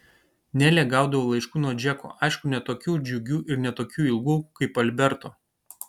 nelė gaudavo laiškų nuo džeko aišku ne tokių džiugių ir ne tokių ilgų kaip alberto